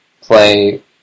play